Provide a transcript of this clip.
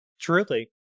Truly